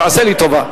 תעשה לי טובה.